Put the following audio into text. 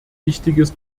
wichtiges